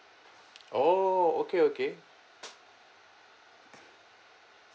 oh okay okay